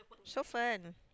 so fun